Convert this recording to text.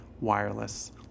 wireless